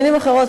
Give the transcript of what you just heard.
במילים אחרות,